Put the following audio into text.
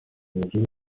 موضوع